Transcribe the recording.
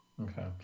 Okay